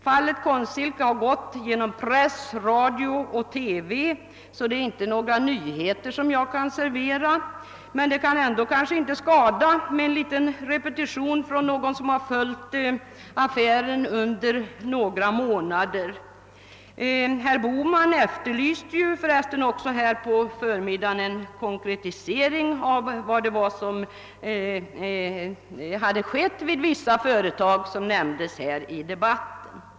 Fallet Konstsilke har gått genom press, radio och TV. Jag kan därför inte servera några nyheter, men det kanske ändå inte skadar med en liten repetition av någon som följt affären under några månader. Herr Bohman efterlyste för övrigt också en konkretisering av vad som har skett i fråga om vissa företag som nämnts i debatten.